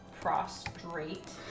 prostrate